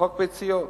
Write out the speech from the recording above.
חוק הביציות,